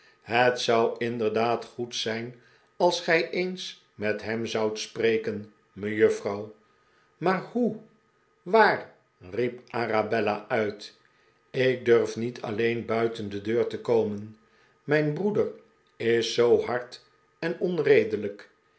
het zou inderdaad goed zijn als gij eens met hem zoudt spreken mejuffrouw maar hoe waar riep arabella uit ik durf niet alleen buiten de deur te komen mijn broeder is zoo hard en onredelijk